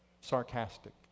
sarcastic